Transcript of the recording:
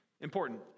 important